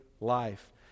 life